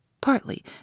partly